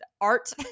art